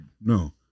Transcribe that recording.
no